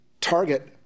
target